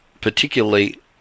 particularly